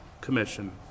commission